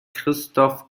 christoph